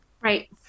Right